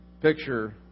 picture